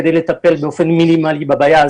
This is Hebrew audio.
כדי לטפל באופן מינימלי בבעיה,